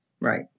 right